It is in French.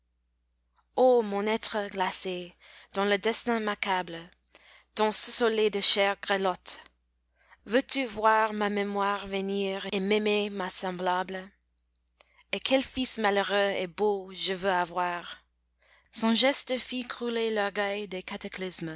ô mon être glacé dont le destin m'accable dont ce soleil de chair grelotte veux-tu voir ma mémoire venir et m'aimer ma semblable et quel fils malheureux et beau je veux avoir son geste fit crouler l'orgueil des cataclysmes